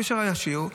הקשר הישיר,